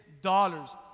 dollars